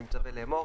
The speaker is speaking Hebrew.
אני מצווה לאמור: